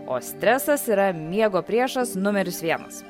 o stresas yra miego priešas numeris vienas